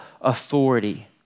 authority